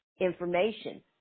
information